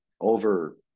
over